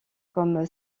comme